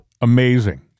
Amazing